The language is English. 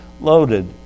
loaded